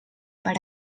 per